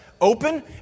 open